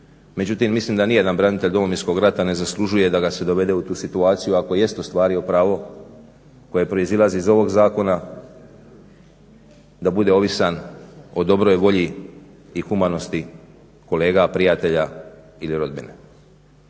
Međutim, mislim da ni jedan branitelj Domovinskog rata ne zaslužuje da ga se dovede u tu situaciju ako jest ostvario pravo koje proizilazi iz ovog zakona da bude ovisan o dobroj volji i humanosti kolega, prijatelja ili rodbine.